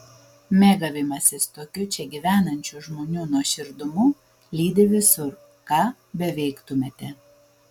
mėgavimasis tokiu čia gyvenančių žmonių nuoširdumu lydi visur ką beveiktumėte